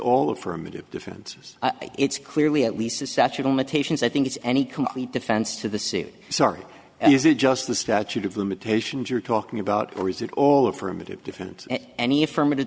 up for a minute differences it's clearly at least the statue of limitations i think it's any complete defense to the suit sorry and use it just the statute of limitations you're talking about or is it all affirmative different any affirmative